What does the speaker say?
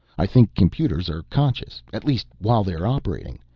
i think computers are conscious, at least while they're operating.